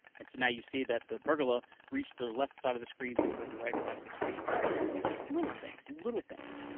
and so now you see that the pergola reached the left side of the screen before the right side of the screen. so it's just little things. little things.